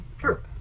Sure